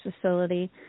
facility